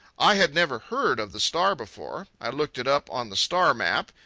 i had never heard of the star before. i looked it up on the star map.